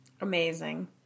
Amazing